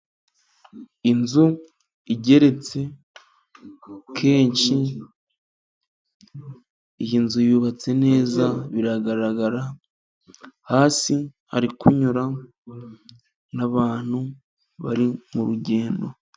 Inzu igeretse kenshi, iyi nzu yubatse neza biragaragara, hasi hari kunyura n'abantu bari mu rugendo.